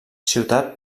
ciutat